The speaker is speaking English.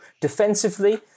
Defensively